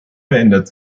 verändert